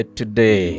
today